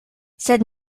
sed